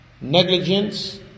negligence